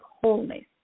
wholeness